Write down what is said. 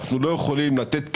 אנחנו לא יכולים לתת קריצות,